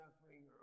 suffering